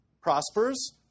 prospers